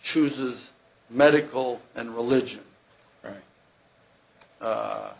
chooses medical and religion right